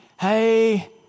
hey